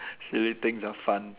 silly things are fun